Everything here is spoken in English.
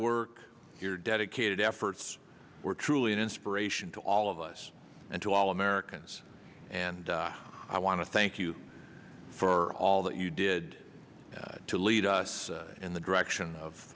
work here dedicated efforts were truly an inspiration to all of us and to all americans and i want to thank you for all that you did to lead us in the direction of